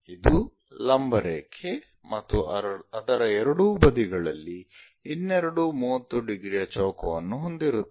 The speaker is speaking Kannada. ಇದು ಲಂಬ ರೇಖೆ ಮತ್ತು ಅದರ ಎರಡೂ ಬದಿಗಳಲ್ಲಿ ಇನ್ನೆರಡು 30 ಡಿಗ್ರಿಯ ಚೌಕವನ್ನು ಹೊಂದಿರುತ್ತದೆ